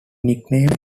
nickname